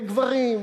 וגברים,